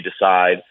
decide